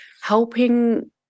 helping